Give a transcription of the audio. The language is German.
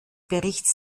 berichts